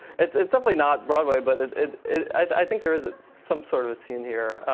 it's it's definitely not broadway, but i think there is some sort of a scene here.